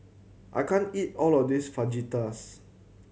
I can't eat all of this Fajitas